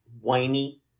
whiny